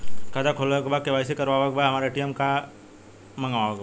खाता खोले के बा के.वाइ.सी करावे के बा हमरे खाता के ए.टी.एम मगावे के बा?